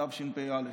תשפ"א: